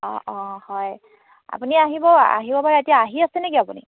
অঁ অঁ হয় আপুনি আহিব আহিব পাৰে এতিয়া আহি আছে নে কি আপুনি